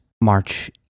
march